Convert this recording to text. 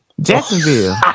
Jacksonville